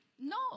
No